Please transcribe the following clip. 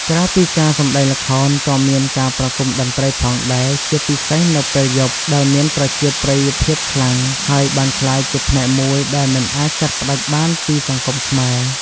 ក្រៅពីការសម្ដែងល្ខោន ក៏មានការប្រគំតន្ត្រីផងដែរ ជាពិសេសនៅពេលយប់ដែលមានប្រជាប្រិយភាពខ្លាំង ហើយបានក្លាយជាផ្នែកមួយដែលមិនអាចកាត់ផ្ដាច់បានពីសង្គមខ្មែរ។